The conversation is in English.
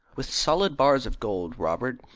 with solid bars of gold, robert.